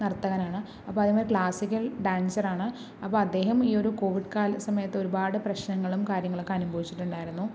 നർത്തകനാണ് അപ്പോൾ അതേമാതിരി ക്ലാസിക്കൽ ഡാൻസറാണ് അപ്പൊൾ അദ്ദേഹം ഈ ഒരു കോവിഡ് കാല സമയത്ത് ഒരുപാട് പ്രശ്നങ്ങളും കാര്യങ്ങളൊക്കെ അനുഭവിച്ചിട്ടുണ്ടായിരുന്നു